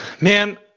Man